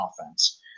offense